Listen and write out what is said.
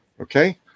Okay